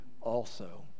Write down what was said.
also